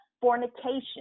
fornication